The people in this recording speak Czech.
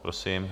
Prosím.